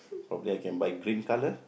probably I can buy cream color